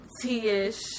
tea-ish